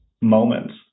moments